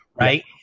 right